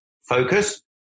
focus